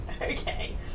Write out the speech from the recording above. Okay